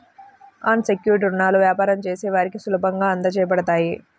అన్ secured రుణాలు వ్యాపారం చేసే వారికి సులభంగా అందించబడతాయి